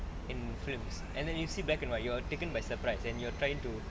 in films and then you see black and white you are taken by surprise and you are trying to